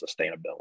sustainability